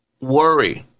Worry